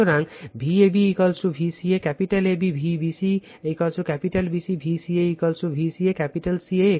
সুতরাং Vab Vca capital AB Vbc capital BC Vca Vca capital CA